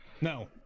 No